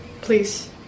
please